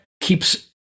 keeps